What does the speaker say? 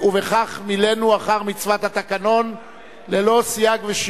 ובכך מילאנו אחר מצוות התקנון ללא סייג.